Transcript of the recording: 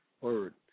Word